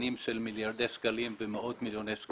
המופרדות ומגופים אחרים באמת להתקדם ולהיות תחרותיים.